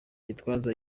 gitwaza